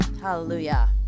Hallelujah